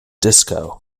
disco